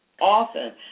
Often